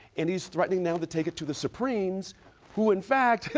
and he's threatening now to take it to the supremes who, in fact,